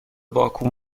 باکو